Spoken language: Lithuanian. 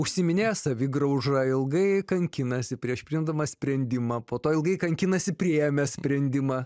užsiiminėja savigrauža ilgai kankinasi prieš priimdamas sprendimą po to ilgai kankinasi priėmęs sprendimą